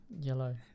Yellow